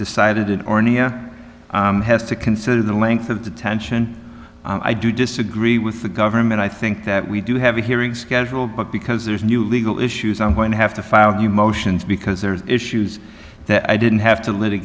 decided or nia has to consider the length of the tension i do disagree with the government i think that we do have a hearing scheduled but because there's a new legal issues i'm going to have to file the motions because there's issues that i didn't have to l